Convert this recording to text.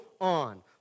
on